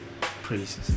Praises